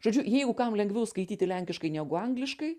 žodžiu jeigu kam lengviau skaityti lenkiškai negu angliškai